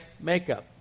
makeup